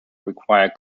require